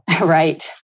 Right